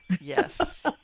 Yes